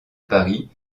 paris